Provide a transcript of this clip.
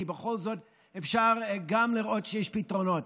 כי בכל זאת אפשר גם לראות שיש פתרונות,